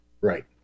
Right